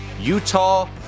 Utah